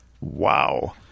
Wow